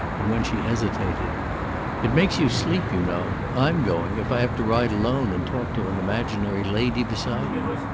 and when she hesitated it makes you sleep, you know. i'm going, if i have to ride alone and talk to an imaginary lady beside me.